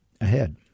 ahead